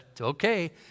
okay